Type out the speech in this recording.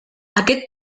aquest